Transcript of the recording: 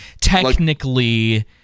technically